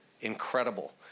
incredible